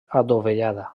adovellada